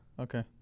Okay